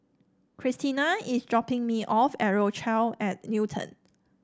Cristina is dropping me off at Rochelle at Newton